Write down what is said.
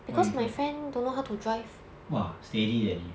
mm !wah! steady leh 你